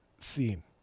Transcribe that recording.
seen